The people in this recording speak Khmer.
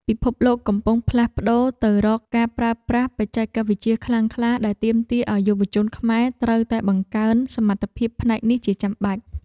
ពិភពលោកកំពុងផ្លាស់ប្តូរទៅរកការប្រើប្រាស់បច្ចេកវិទ្យាខ្លាំងក្លា ដែលទាមទារឱ្យយុវជនខ្មែរត្រូវតែបង្កើនសមត្ថភាពផ្នែកនេះជាចាំបាច់។